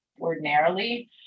ordinarily